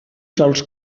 sols